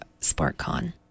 SparkCon